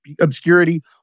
obscurity